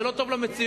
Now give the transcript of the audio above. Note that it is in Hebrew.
זה לא טוב למציאות.